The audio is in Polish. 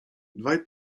dwaj